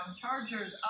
Chargers